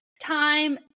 Time